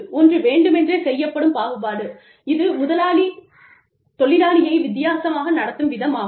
ஒன்று வேண்டுமென்றே செய்யப்படும் பாகுபாடு இது முதலாளி தொழிலாளியை வித்தியாசமாக நடத்தும் விதம் ஆகும்